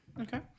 Okay